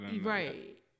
Right